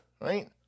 Right